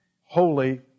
Holy